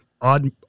odd